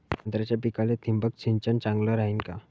संत्र्याच्या पिकाले थिंबक सिंचन चांगलं रायीन का?